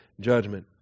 judgment